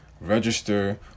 register